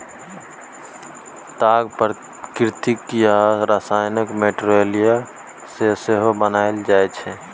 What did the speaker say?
ताग प्राकृतिक आ रासायनिक मैटीरियल सँ सेहो बनाएल जाइ छै